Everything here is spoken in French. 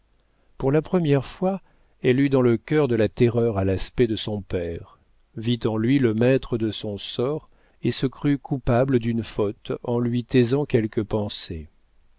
pour la première fois elle eut dans le cœur de la terreur à l'aspect de son père vit en lui le maître de son sort et se crut coupable d'une faute en lui taisant quelques pensées